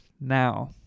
now